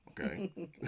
Okay